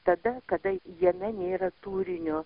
tada kada jame nėra turinio